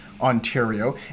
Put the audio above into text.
Ontario